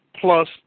plus